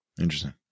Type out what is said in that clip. Interesting